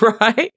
right